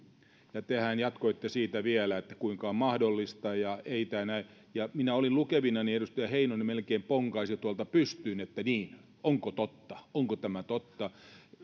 ja tehän jatkoitte siitä vielä että kuinka on mahdollista ja ei näin ja minä olin lukevinani että edustaja heinonen melkein ponkaisi tuolta pystyyn että niin onko totta onko tämä totta